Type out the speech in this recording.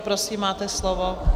Prosím, máte slovo.